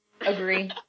Agree